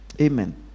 Amen